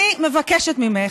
אני מבקשת ממך,